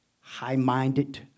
high-minded